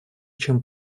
чем